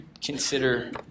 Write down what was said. consider